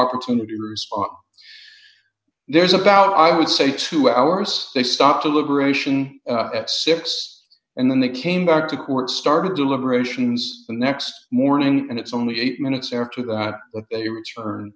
opportunity there's about i would say two hours they stopped a liberation at six and then they came back to court started deliberations the next morning and it's only eight minutes after that th